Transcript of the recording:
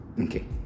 okay